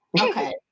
Okay